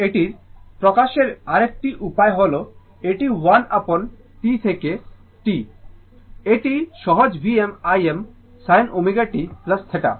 এখন এটির প্রকাশের আরেকটি উপায় হল এটি 1 আপঅন T 0 থেকে t এটি সহজ Vm Im sin ω t θ গুণ sin ω t